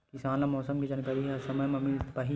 किसान ल मौसम के जानकारी ह समय म मिल पाही?